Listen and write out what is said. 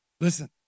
Listen